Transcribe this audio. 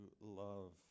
love